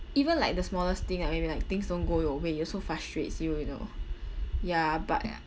even like the smallest thing like maybe like things don't go your way it also frustrates you you know ya but ya